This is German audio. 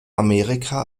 amerika